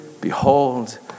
Behold